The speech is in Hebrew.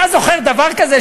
אתה זוכר דבר כזה,